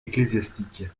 ecclésiastique